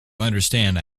understand